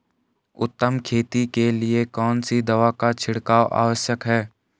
उत्तम खेती के लिए कौन सी दवा का छिड़काव आवश्यक है?